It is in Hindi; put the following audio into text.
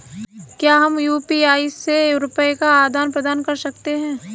क्या हम यू.पी.आई से रुपये का आदान प्रदान कर सकते हैं?